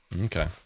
Okay